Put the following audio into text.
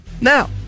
now